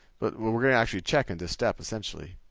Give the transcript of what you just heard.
but well, we're going to actually check in this step essentially.